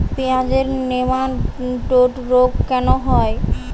পেঁয়াজের নেমাটোড রোগ কেন হয়?